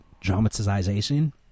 dramatization